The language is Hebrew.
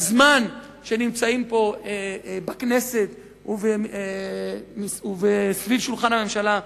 הזמן שנמצאים פה בכנסת וסביב שולחן הממשלה,